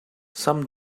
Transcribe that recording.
some